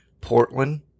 Portland